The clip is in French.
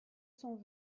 cent